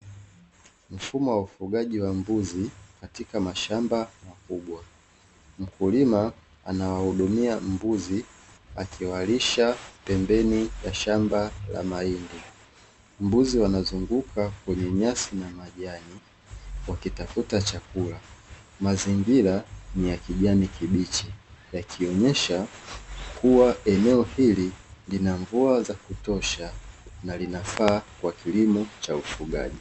Mfumo wa ufugaji wa mbuzi katika mashamba makubwa, mkulima anawahudumia mbuzi akiwalisha pembeni ya shamba la mahindi, mbuzi wanazunguka kwenye nyasi na majani wakitafuta chakula, mazingira ni ya kijani kibichi yakionyesha kuwa eneo hili lina mvua za kutosha na linafaa kwa kilimo cha ufugaji.